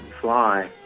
fly